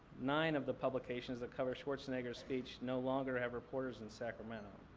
nine of the publications that covered schwarzenegger's speech no longer have reporters in sacramento.